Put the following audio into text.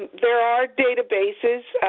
there are databases,